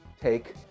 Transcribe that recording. Take